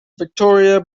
victoria